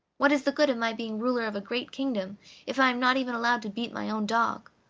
what is the good of my being ruler of a great kingdom if i am not even allowed to beat my own dog?